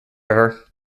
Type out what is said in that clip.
river